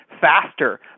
faster